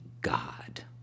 God